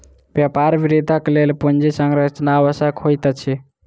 व्यापार वृद्धिक लेल पूंजी संरचना आवश्यक होइत अछि